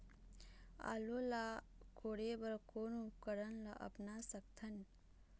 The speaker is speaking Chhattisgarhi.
आलू ला कोड़े बर कोन उपकरण ला अपना सकथन?